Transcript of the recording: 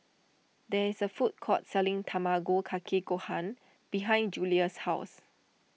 there is a food court selling Tamago Kake Gohan behind Julia's house